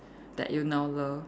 that you now love